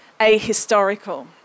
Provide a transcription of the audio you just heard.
ahistorical